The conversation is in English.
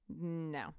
No